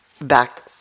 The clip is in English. back